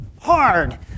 hard